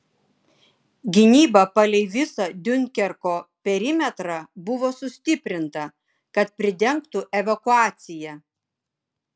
gynyba palei visą diunkerko perimetrą buvo sustiprinta kad pridengtų evakuaciją